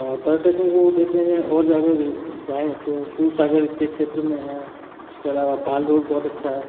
और पर्यटकों को देखने और जगह जाएँ तो सूरसागर के क्षेत्र में है उसके अलावा पाल रोड बहुत अच्छा है